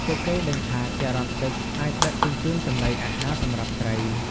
ពួកគេដឹងថា ចរន្តទឹកអាចដឹកជញ្ជូនចំណីអាហារសម្រាប់ត្រី។